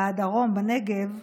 בדרום, בנגב.